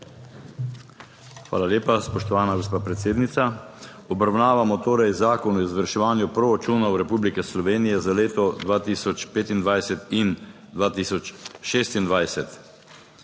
Hvala lepa, spoštovana gospa predsednica. Obravnavamo torej Zakon o izvrševanju proračunov Republike Slovenije za leto 2025 in 2026,